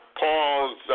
Paul's